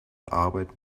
arbeit